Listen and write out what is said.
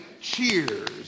cheers